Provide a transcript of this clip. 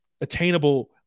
attainable